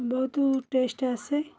ବହୁତ ଟେଷ୍ଟ ଆସେ